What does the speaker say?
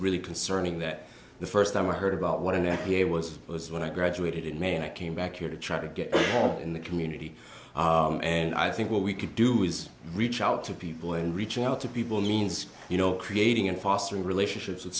really concerning that the first time i heard about what a nappy it was was when i graduated in may and i came back here to try to get help in the community and i think what we could do is reach out to people and reaching out to people means you know creating and fostering relationships with